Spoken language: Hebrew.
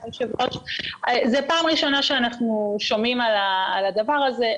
זאת פעם ראשונה שאנחנו שומעים על הדבר הזה.